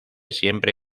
siempre